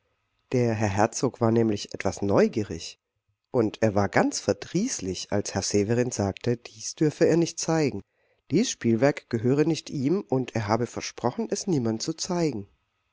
der herr herzog war nämlich etwas neugierig und er war ganz verdrießlich als herr severin sagte dies dürfe er nicht zeigen dies spielwerk gehöre nicht ihm und er habe versprochen es niemand zu zeigen